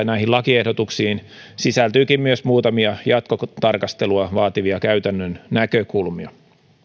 näihin lakiehdotuksiin sisältyykin myös muutamia jatkotarkastelua vaativia käytännön näkökulmia